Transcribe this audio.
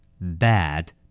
Bad